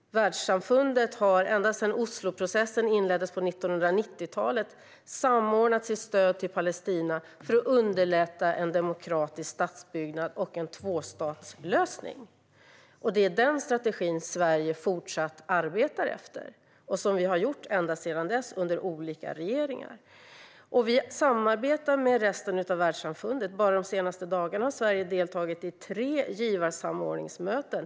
Världssamfundet har ända sedan Osloprocessen inleddes på 1990talet samordnat sitt stöd till Palestina för att underlätta en demokratisk statsbyggnad och en tvåstatslösning. Det är den strategin Sverige fortsatt arbetar efter. Det har vi gjort ända sedan dess under olika regeringar. Vi samarbetar med resten av världssamfundet. Bara de senaste dagarna har Sverige deltagit i tre givarsamordningsmöten.